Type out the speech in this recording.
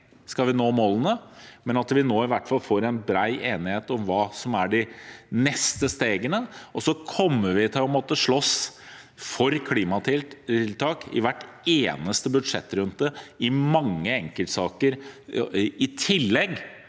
skal nå målene, men nå får vi i hvert fall en bred enighet om hva som er de neste stegene. Så kommer vi til å måtte slåss for klimatiltak i hver eneste budsjettrunde i mange enkeltsaker, i tillegg